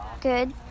Good